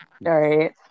right